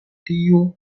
tiu